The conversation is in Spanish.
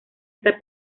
esta